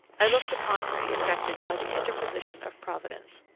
i looked upon to be effected by the interposition of providence.